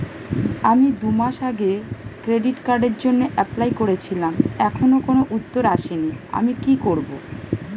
আমি দুমাস আগে ক্রেডিট কার্ডের জন্যে এপ্লাই করেছিলাম এখনো কোনো উত্তর আসেনি আমি কি করব?